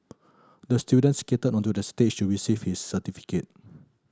the student skated onto the stage to receive his certificate